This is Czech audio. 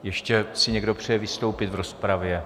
Ještě si někdo přeje vystoupit v rozpravě?